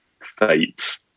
fate